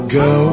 go